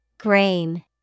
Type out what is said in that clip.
Grain